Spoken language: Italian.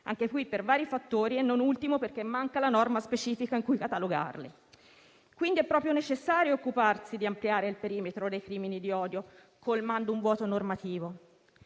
anche qui per vari fattori, non ultimo perché manca la norma specifica in cui catalogarli. Quindi, è proprio necessario occuparsi di ampliare il perimetro dei crimini di odio, colmando un vuoto normativo.